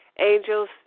angels